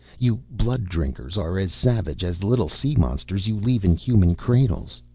you blood-drinkers are as savage as the little sea-monsters you leave in human cradles.